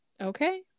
okay